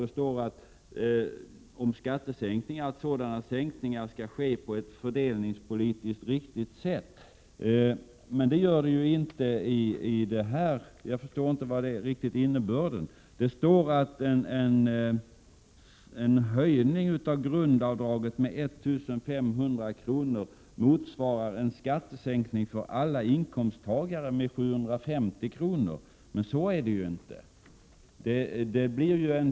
Det står att skattesänkningar skall ske på ett fördelningspolitiskt riktigt sätt, men jag förstår inte innebörden. Det står att en höjning av grundavdraget med 1 500 kr. motsvarar en skattesänkning för alla inkomsttagare med 750 kr., men så är det ju inte.